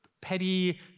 Petty